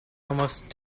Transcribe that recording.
almost